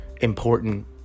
important